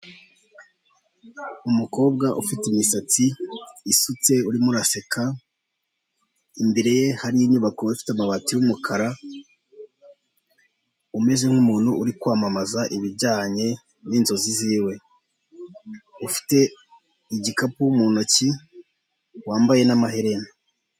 Umukobwa ufite imisatsi isutse urimo uraseka imbere ye hari inyubako ifite amabati y'umukara, umeze nk'umuntu uri kwamamaza ibijyanye n'inzozi ziwe, ufite igikapu mu ntoki wambaye n'amaherena.